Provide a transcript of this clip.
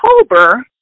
October